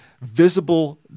visible